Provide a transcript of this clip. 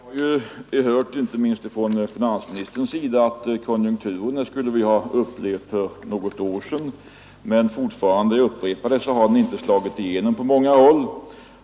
Herr talman! Ja, vi har ju hört inte minst från finansministern att vi redan för något år sedan skulle ha kunnat vänta oss denna konjunkturuppgång, men fortfarande — jag upprepar det — har den inte slagit igenom på många håll.